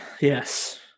Yes